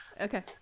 Okay